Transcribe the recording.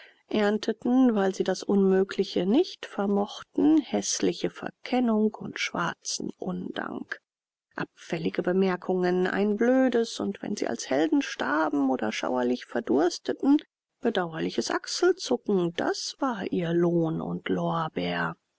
ernteten weil sie das unmögliche nicht vermochten häßliche verkennung und schwarzen undank abfällige bemerkungen ein blödes und wenn sie als helden starben oder schauerlich verdursteten bedauerliches achselzucken das war ihr lohn und lorbeer